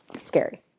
scary